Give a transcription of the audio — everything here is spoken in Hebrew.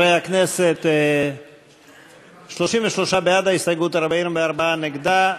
חברי הכנסת, 33 בעד ההסתייגות, 44 נגדה.